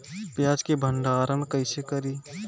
प्याज के भंडारन कईसे करी?